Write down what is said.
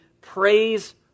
praise